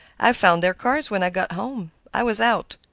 i found their cards when i got home i was out.